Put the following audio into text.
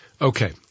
Okay